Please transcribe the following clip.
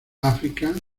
áfrica